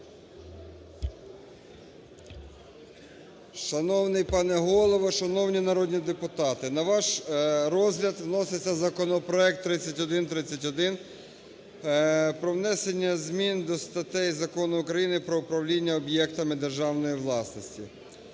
Шановний пане Голово, шановні народні депутати! На ваш розгляд вноситься законопроект 3131 про внесення зміни до статей Закону України "Про управління об'єктами державної власності".